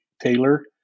Taylor